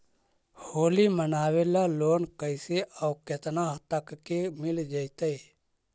होली मनाबे ल लोन कैसे औ केतना तक के मिल जैतै?